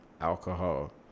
alcohol